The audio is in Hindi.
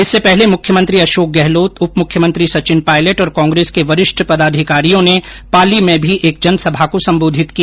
इससे पहले मुख्यमंत्री अषोक गहलोत उप मुख्यमंत्री सचिन पालयट और कॉंग्रेस के वरिष्ठ पदाधिकारियों ने पाली में भी एक जनसभा को संबोधित किया